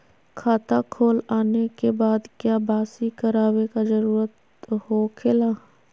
खाता खोल आने के बाद क्या बासी करावे का जरूरी हो खेला?